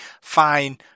fine